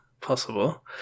possible